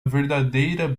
verdadeira